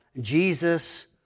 Jesus